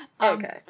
Okay